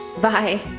Bye